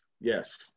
Yes